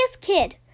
kid